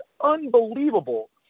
unbelievable